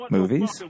Movies